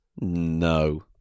No